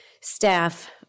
staff